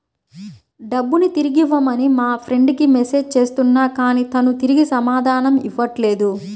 డబ్బుని తిరిగివ్వమని మా ఫ్రెండ్ కి మెసేజ్ చేస్తున్నా కానీ తాను తిరిగి సమాధానం ఇవ్వట్లేదు